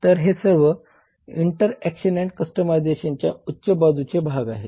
तर हे सर्व इंटर ऍक्शन आणि कस्टमायझेशनच्या उच्च बाजूचे भाग आहे